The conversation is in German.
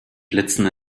blitzen